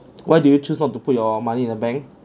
why did you choose not to put your money in the bank